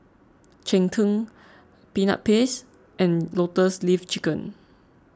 Cheng Tng Peanut Paste and Lotus Leaf Chicken